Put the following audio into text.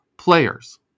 players